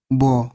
bo